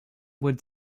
would